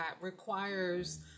requires